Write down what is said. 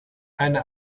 eine